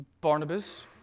Barnabas